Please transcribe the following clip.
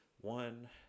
one